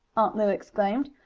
aunt lu exclaimed.